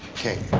ok,